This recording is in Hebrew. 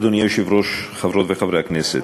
אדוני היושב-ראש, חברות וחברי הכנסת,